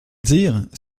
dire